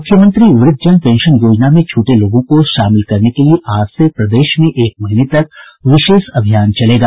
मुख्यमंत्री वृद्धजन पेंशन योजना में छूटे लोगों को शामिल करने के लिए आज से प्रदेश में एक महीने तक विशेष अभियान चलेगा